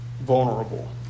vulnerable